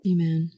Amen